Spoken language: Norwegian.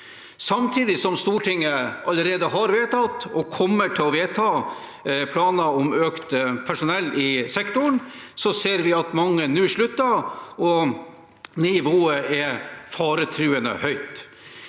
Samtidig som Stortinget allerede har vedtatt og kommer til å vedta planer om økt personell i sektoren, ser vi at mange nå slutter, og nivået er faretruende høyt.